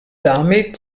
damit